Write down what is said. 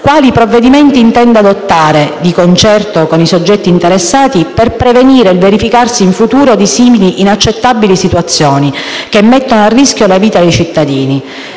quali provvedimenti intenda adottare, di concerto con i soggetti interessati, per prevenire il verificarsi in futuro di simili inaccettabili situazioni, che mettono a rischio la vita dei cittadini.